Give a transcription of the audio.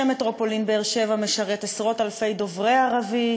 שמטרופולין באר-שבע משרתת עשרות-אלפי דוברי ערבית